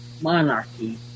monarchy